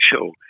show